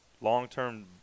long-term